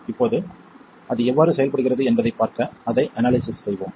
இப்போது அது எவ்வாறு செயல்படுகிறது என்பதைப் பார்க்க அதை அனாலிசிஸ் செய்வோம்